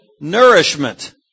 nourishment